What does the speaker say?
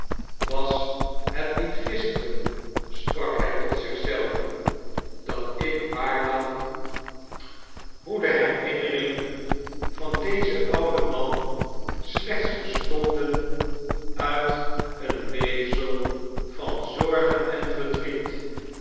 was het niet gisteren sprak hij tot zich zelvan dat ik waarnam hoe kerst vert ellingen de herirmeringem van dezen ouden man slechts bestonden uit en weefsel van zorgen en verdriet